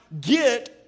get